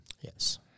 Yes